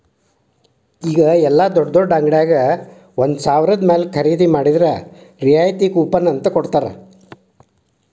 ಈಗ ಯೆಲ್ಲಾ ದೊಡ್ಡ್ ದೊಡ್ಡ ಅಂಗಡ್ಯಾಗ ಒಂದ ಸಾವ್ರದ ಮ್ಯಾಲೆ ಖರೇದಿ ಮಾಡಿದ್ರ ರಿಯಾಯಿತಿ ಕೂಪನ್ ಅಂತ್ ಕೊಡ್ತಾರ